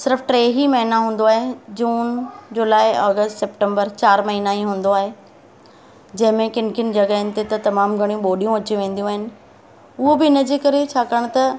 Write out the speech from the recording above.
सिर्फ़ु टे ई महीना हूंदो आहे जून जुलाई ऑगस्ट सप्टेंबर चार महीना ई हूंदो आहे जंहिं में किनि किनि जॻहियुनि ते त तमामु घणियूं ॿोॾियूं अची वेंदियूं आहिनि उहो बि इन करे छाकाणि त